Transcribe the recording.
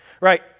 Right